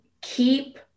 keep